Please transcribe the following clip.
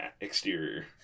exterior